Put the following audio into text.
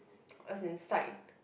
as in side